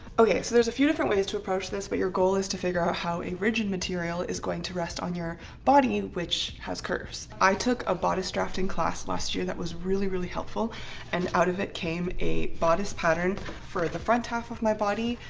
okay, so there's a few different ways to approach this but your goal is to figure out how a rigid material is going to rest on your body, which has curves. i took a bodice drafting class last year that was really really helpful and out of it came a bodice pattern for the front half of my body,